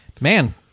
Man